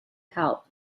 help